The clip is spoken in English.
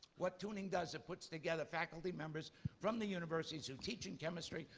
what tuning does, it puts together faculty members from the universities who teach in chemistry,